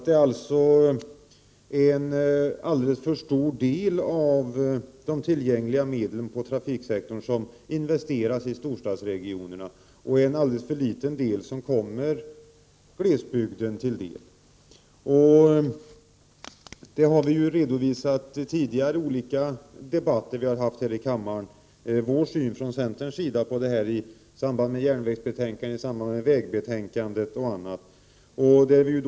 Det är alltså en alldeles för stor del av de tillgängliga medlen inom trafiksektorn som investeras i storstadsregionerna och en alldeles för liten del som kommer glesbygden till godo. Vi har tidigare i olika debatter med anledning av järnvägsbetänkanden, vägbetänkande osv. här i kammaren redovisat centerns syn på detta.